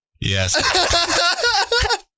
Yes